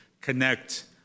connect